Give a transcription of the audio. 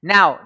Now